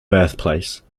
birthplace